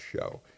show